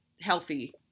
healthy